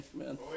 Amen